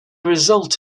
result